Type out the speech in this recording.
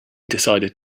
decided